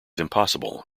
impossible